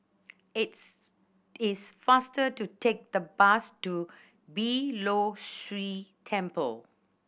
its is faster to take the bus to Beeh Low See Temple